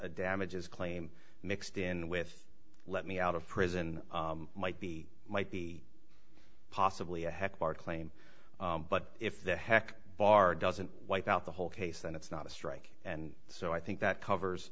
t damages claim mixed in with let me out of prison might be might be possibly a hectare claim but if the heck bar doesn't wipe out the whole case then it's not a strike and so i think that covers